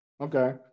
okay